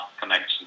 connection